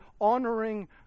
honoring